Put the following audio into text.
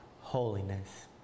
holiness